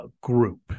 group